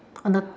on the